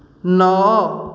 ନଅ